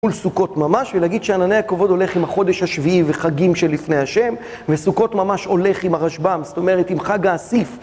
מול סוכות ממש, ולהגיד שענני הכבוד הולך עם החודש השביעי וחגים שלפני השם, וסוכות ממש הולך עם הרשבם, זאת אומרת, עם חג האסיף.